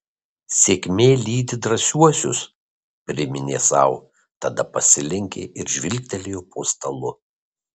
sėkmė lydi drąsiuosius priminė sau tada pasilenkė ir žvilgtelėjo po stalu